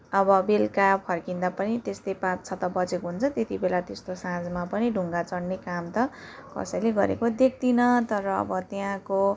अब बेलुका फर्किँदा पनि त्यस्तै पाँच छ त बजेको हुन्छ त्यति बेला त्यस्तो साँझमा पनि ढुङ्गा चडने काम त कसैले गरेको देख्दिनँ तर अब त्यहाँको